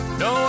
no